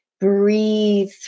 breathe